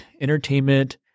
entertainment